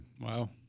Wow